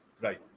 right